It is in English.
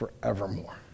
forevermore